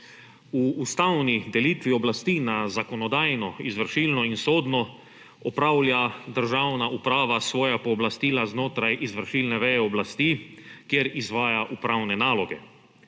V ustavni delitvi oblasti na zakonodajno, izvršilno in sodno opravlja državna uprava svoja pooblastila znotraj izvršilne veje oblasti, kjer izvaja upravne naloge.